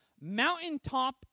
mountaintop